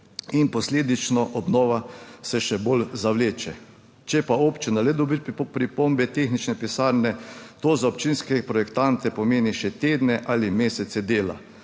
in posledično obnova se še bolj zavleče. Če pa občina le dobi pripombe tehnične pisarne, to za občinske projektante pomeni še tedne ali mesece dela,